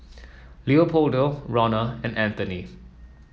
Leopoldo Ronna and Anthoney